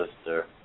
sister